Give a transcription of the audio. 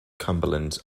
cumberland